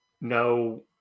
no